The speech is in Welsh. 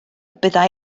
byddai